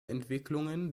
entwicklungen